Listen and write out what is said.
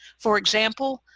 for example,